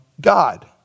God